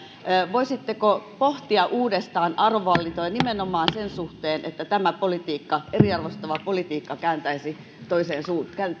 voisitteko pohtia uudestaan arvovalintoja nimenomaan sen suhteen että tämä politiikka eriarvoistava politiikka käännettäisiin toiseen suuntaan